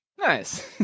Nice